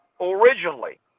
originally